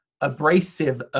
abrasive